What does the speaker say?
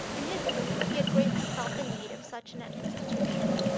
in his youth he had greatly felt the need of such an institution.